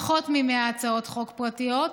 פחות מ-100 הצעות חוק פרטיות,